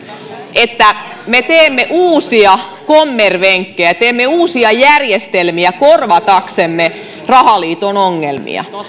että me teemme uusia kommervenkkejä teemme uusia järjestelmiä korvataksemme rahaliiton ongelmia